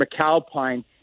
McAlpine